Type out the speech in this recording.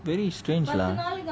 very strange lah